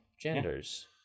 Genders